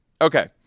Okay